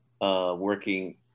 working